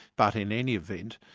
but in any event,